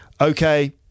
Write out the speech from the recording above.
Okay